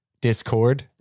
Discord